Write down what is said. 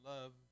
Love